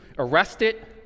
arrested